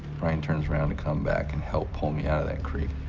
brian turns around to come back and help pull me out of that creek.